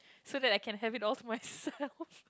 so that I can have it all for myself